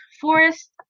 forest